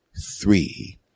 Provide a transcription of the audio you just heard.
three